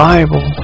Bible